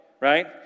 right